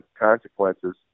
consequences